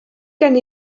gen